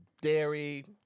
Dairy